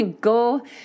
Go